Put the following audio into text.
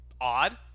odd